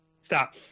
Stop